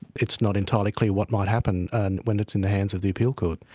it's not entirely clear what might happen and when it's in the hands of the appeal court.